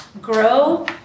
grow